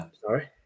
Sorry